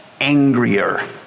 angrier